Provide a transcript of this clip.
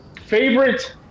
Favorite